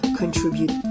contribute